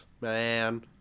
man